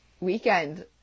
weekend